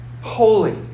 holy